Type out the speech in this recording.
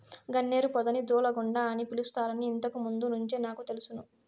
గన్నేరు పొదని దూలగుండ అని పిలుస్తారని ఇంతకు ముందు నుంచే నాకు తెలుసును